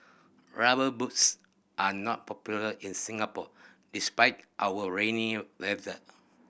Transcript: Rubber Boots are not popular in Singapore despite our rainy weather